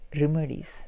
remedies